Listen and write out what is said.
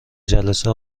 جلسه